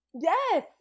Yes